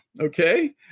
Okay